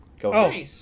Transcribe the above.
go